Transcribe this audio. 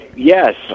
Yes